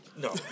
No